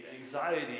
anxiety